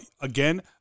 again